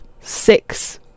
six